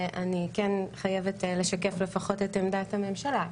אני כן חייבת לשקף לפחות את עמדת הממשלה.